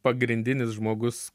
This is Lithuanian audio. pagrindinis žmogus